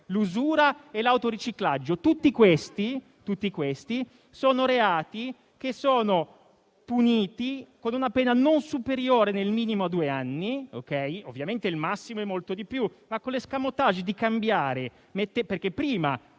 l'usura e l'autoriciclaggio. Tutti questi sono reati che sono puniti con una pena non superiore, nel minimo, a due anni. Ovviamente, il massimo è molto più alto, ma vi è l'*escamotage* di cambiare. Prima,